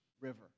river